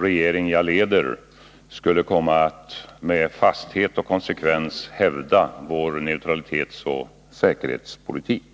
regering jag leder inte skulle komma att med fasthet och konsekvens hävda vår neutralitetsoch säkerhetspolitik.